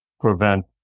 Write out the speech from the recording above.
prevent